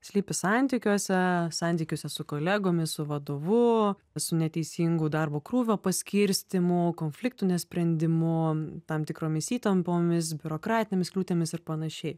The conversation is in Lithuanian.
slypi santykiuose santykiuose su kolegomis su vadovu su neteisingu darbo krūvio paskirstymu konfliktų nesprendimu tam tikromis įtampomis biurokratinėmis kliūtimis ir panašiai